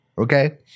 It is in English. Okay